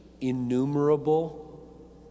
innumerable